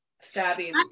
stabbing